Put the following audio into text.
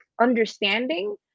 understanding